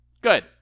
Good